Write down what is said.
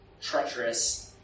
treacherous